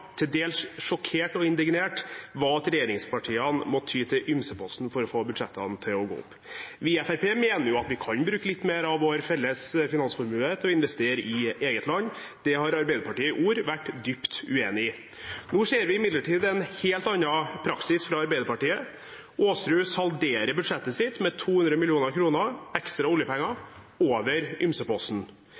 til dels sjokkert og indignert – var at regjeringspartiene måtte ty til ymseposten for å få budsjettene til å gå opp. Vi i Fremskrittspartiet mener jo at vi kan bruke litt mer av vår felles finansformue til å investere i eget land. Det har Arbeiderpartiet i ord vært dypt uenig i. Nå ser vi imidlertid en helt annen praksis fra Arbeiderpartiet. Representanten Aasrud salderer budsjettet sitt med 200 mill. kr ekstra oljepenger over ymseposten.